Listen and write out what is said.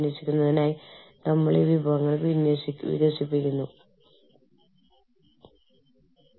minimum വേതനം നിയന്ത്രിക്കുന്നത് അല്ലെങ്കിൽ നിയമം അനുശാസിക്കുന്നത് ഓരോ രാജ്യത്തിനും വ്യത്യസ്തമാണ്